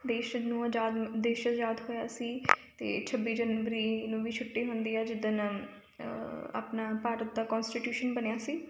ਦੇਸ਼ ਨੂੰ ਆਜ਼ਾਦ ਦੇਸ਼ ਆਜ਼ਾਦ ਹੋਇਆ ਸੀ ਅਤੇ ਛੱਬੀ ਜਨਵਰੀ ਨੂੰ ਵੀ ਛੁੱਟੀ ਹੁੰਦੀ ਆ ਜਿੱਦਣ ਆਪਣਾ ਭਾਰਤ ਦਾ ਕੋਨਸਟੀਟਿਊਸ਼ਨ ਬਣਿਆ ਸੀ